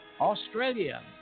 Australia